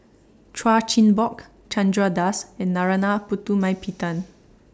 Chan Chin Bock Chandra Das and Narana Putumaippittan